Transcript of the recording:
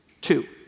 Two